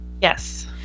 yes